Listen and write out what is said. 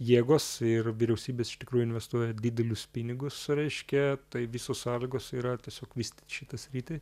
jėgos ir vyriausybės iš tikrųjų investuoja didelius pinigus reiškia tai visos sąlygos yra tiesiog vystyt šitą sritį